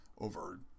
over